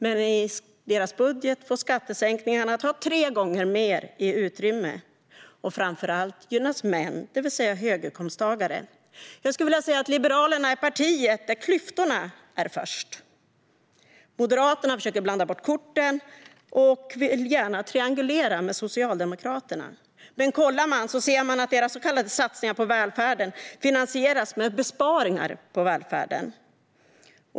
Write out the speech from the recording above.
Men i deras budget får skattesänkningarna ta tre gånger mer utrymme, och framför allt gynnas män, det vill säga höginkomsttagare. Jag skulle vilja säga att Liberalerna är partiet där klyftorna kommer först. Moderaterna försöker blanda bort korten och vill gärna triangulera med Socialdemokraterna. Men om man kollar ser man att deras så kallade satsningar på välfärden finansieras med besparingar på välfärden.